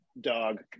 Dog